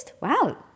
Wow